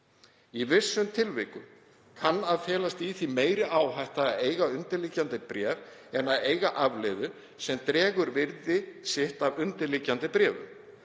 Í vissum tilvikum kann að felast í því meiri áhætta að eiga undirliggjandi bréf en að eiga afleiðu sem dregur virði sitt af undirliggjandi bréfum.